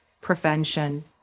prevention